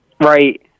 Right